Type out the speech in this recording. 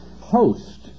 host